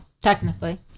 Technically